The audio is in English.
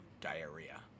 diarrhea